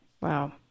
Wow